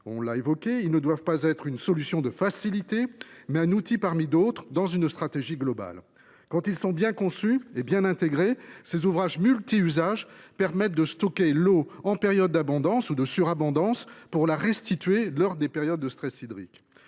de territoire. Ils doivent être non pas une solution de facilité, mais un outil parmi d’autres dans une stratégie globale. Quand ils sont bien conçus et bien intégrés, ces ouvrages multi usages permettent de stocker l’eau en période d’abondance pour la restituer lors des périodes de stress hydrique.